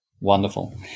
Wonderful